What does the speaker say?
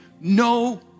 No